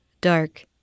dark